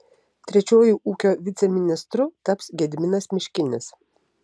trečiuoju ūkio viceministru taps gediminas miškinis